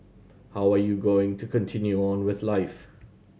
how are you going to continue on with life